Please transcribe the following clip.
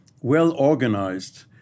well-organized